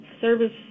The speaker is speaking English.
service